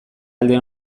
alde